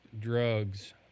drugs